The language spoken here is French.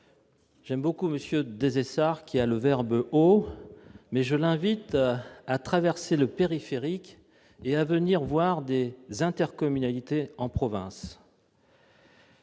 J'aime beaucoup M. Desessard, qui a le verbe haut, mais je l'invite à traverser le périphérique pour venir voir des intercommunalités en province.